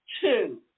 Two